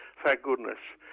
thank goodness,